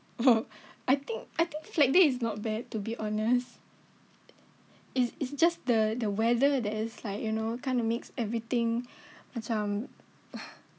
oh I think I think flag day is not bad to be honest it's it's just the the weather that is like you know kind of makes everything macam